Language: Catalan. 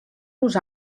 los